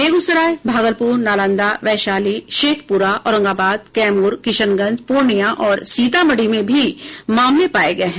बेगूसराय भागलपुर नालंदा वैशाली शेखपुरा औरंगाबाद कैमूर किशनगंज पूर्णिया और सीतामढ़ी में भी मामले पाये गये हैं